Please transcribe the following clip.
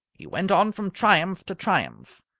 he went on from triumph to triumph.